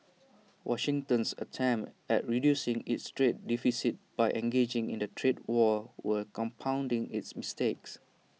Washington's attempts at reducing its trade deficit by engaging in A trade war were compounding its mistakes